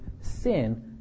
sin